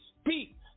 speak